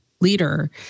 leader